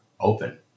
open